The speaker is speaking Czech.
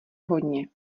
hodně